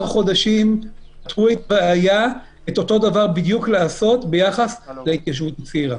חודשים לעשות בדיוק את אותו דבר ביחס להתיישבות הצעירה.